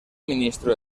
ministro